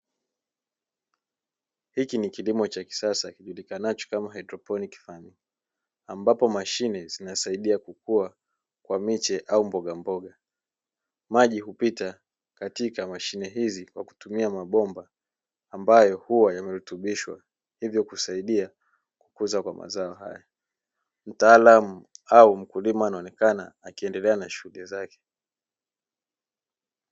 Hiki ni kilimo cha kisasa ilijulikanacho kama hydroponiki fariminy'i ambapo mashine zinasaidia kukua kwa miche au mbogamboga maji hupita katika mashine hizi kwa kutumia mabomba, ambayo huwa yamerutubishwa hivyo kusaidia kukuza kwa mazao haya mtaalam au mkulima anaonekana akiendelea na shughuli zake.